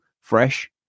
fresh